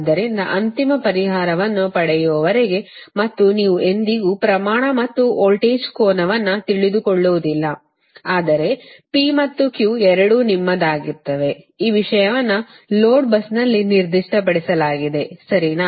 ಆದ್ದರಿಂದ ಅಂತಿಮ ಪರಿಹಾರವನ್ನು ಪಡೆಯುವವರೆಗೆ ಮತ್ತು ನೀವು ಎಂದಿಗೂ ಪ್ರಮಾಣ ಮತ್ತು ವೋಲ್ಟೇಜ್ ಕೋನವನ್ನು ತಿಳಿದುಕೊಳ್ಳುವುದಿಲ್ಲ ಆದರೆ P ಮತ್ತು Q ಎರಡೂ ನಿಮ್ಮದಾಗುತ್ತವೆ ಈ ವಿಷಯವನ್ನು ಲೋಡ್ busನಲ್ಲಿ ನಿರ್ದಿಷ್ಟಪಡಿಸಲಾಗಿದೆ ಸರಿನಾ